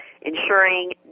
ensuring